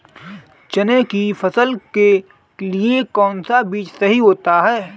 चने की फसल के लिए कौनसा बीज सही होता है?